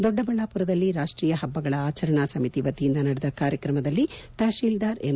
ದೊಡ್ಡಬಳ್ಳಾಪುರದಲ್ಲಿ ರಾಷ್ವೀಯ ಹಬ್ಬಗಳ ಆಚರಣಾ ಸಮಿತಿ ವತಿಯಿಂದ ನಡೆದ ಕಾರ್ಯಕ್ರಮದಲ್ಲಿ ತಹಶೀಲ್ದಾರ್ ಎಂ